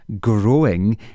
growing